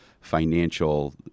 financial